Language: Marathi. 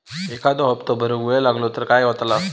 एखादो हप्तो भरुक वेळ लागलो तर काय होतला?